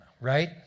right